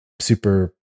super